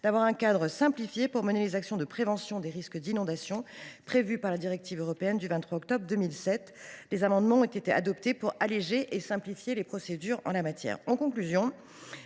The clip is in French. d’un cadre simplifié pour mener les actions de prévention des risques d’inondation prévues par la directive européenne du 23 octobre 2007. Des amendements ont été adoptés pour alléger et simplifier les procédures en la matière.